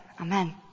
Amen